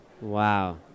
Wow